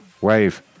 Wave